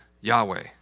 Yahweh